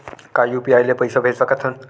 का यू.पी.आई ले पईसा भेज सकत हन?